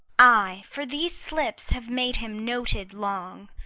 ay, for these slips have made him noted long.